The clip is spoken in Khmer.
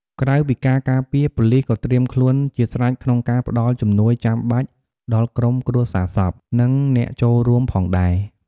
ក្រៅពីការការពារ ប៉ូលីសក៏ត្រៀមខ្លួនជាស្រេចក្នុងការផ្តល់ជំនួយចាំបាច់ដល់ក្រុមគ្រួសារសព និងអ្នកចូលរួមផងដែរ។